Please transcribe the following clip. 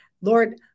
Lord